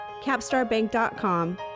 CapstarBank.com